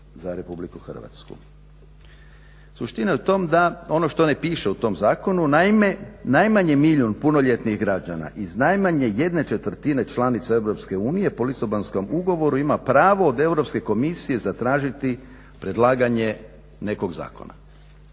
o potpori za RH. Suština je u tome da ono što ne pišu u tom zakonu, naime najmanje milijun punoljetnih građana, iz najmanje jedne četvrtine članica EU po Lisabonskom ugovoru ima pravo od Europske komisije zatražiti predlaganje nekog zakona.